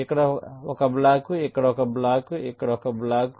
ఇక్కడ ఒక బ్లాక్ ఇక్కడ ఒక బ్లాక్ ఇక్కడ ఒక బ్లాక్